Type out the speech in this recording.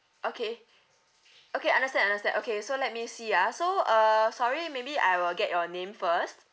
okay okay understand understand okay so let me see ah so uh sorry maybe I will get your name first